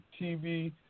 TV